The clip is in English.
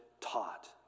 taught